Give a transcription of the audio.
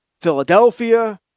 Philadelphia